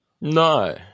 No